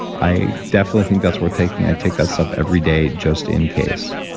i definitely think that's worth taking. i'd take that stuff every day, just in case.